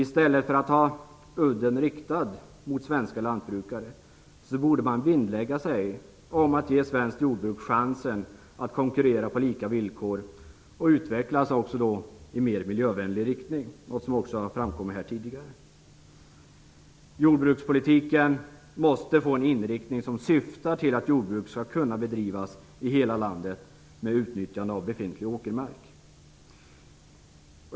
I stället för att ha udden riktad mot svenska lantbrukare borde man vinnlägga sig om att ge svenskt jordbruk chansen att konkurrera på lika villkor och även att utvecklas i mer miljövänlig riktning, som har framkommit här tidigare. Jordbrukspolitiken måste få en inriktning som syftar till att jordbruket skall kunna bedrivas i hela landet med utnyttjande av befintlig åkermark.